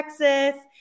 Texas